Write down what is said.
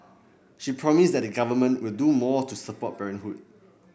she promised that the Government will do more to support parenthood